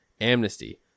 amnesty